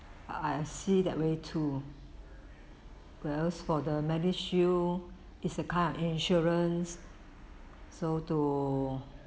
I I see that way too where else for the MediShield is a kind of insurance so to